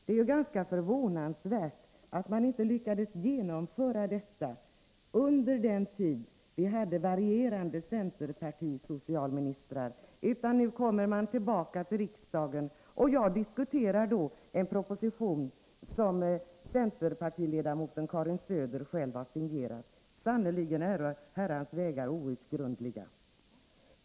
Det är ganska förvånansvärt att man inte lyckades genomföra detta under den tid vi hade varierande centerpartisocialministrar, utan nu kommer man tillbaka till riksdagen. Jag diskuterar då en proposition som centerpartiledamoten Karin Söder själv har signerat. Sannerligen äro Herrans vägar outgrundliga.